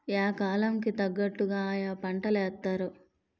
yeah కాలం కి తగ్గట్టుగా ఆయా పంటలేత్తారు